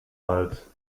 hals